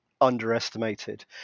underestimated